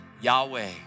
Yahweh